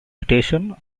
mutation